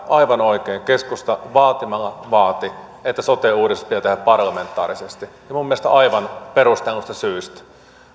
aivan oikein keskusta vaatimalla vaati että sote uudistus tehdään parlamentaarisesti ja minun mielestäni aivan perustelluista syistä